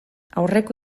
aurreko